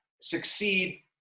succeed